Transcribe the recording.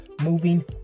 moving